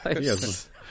Yes